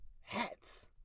hats